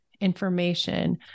information